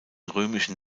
römischen